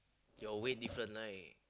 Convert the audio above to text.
your way different right